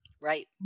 Right